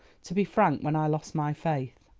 to be frank, when i lost my faith.